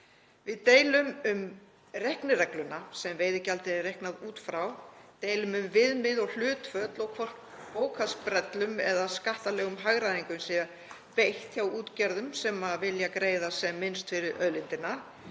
Við deilum um reikniregluna sem veiðigjaldið er reiknað út frá, deilum um viðmið og hlutföll og hvort bókhaldsbrellum eða skattalegri hagræðingu sé beitt hjá útgerðum sem vilja greiða sem minnst fyrir auðlindina.